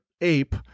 ape